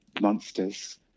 monsters